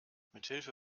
mithilfe